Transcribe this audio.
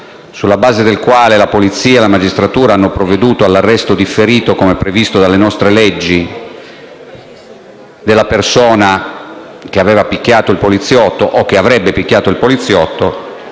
sulla base del quale la polizia e la magistratura hanno provveduto all'arresto differito, come previsto dalle nostre leggi, della persona che aveva picchiato, o che avrebbe picchiato il poliziotto,